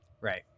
Right